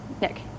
Nick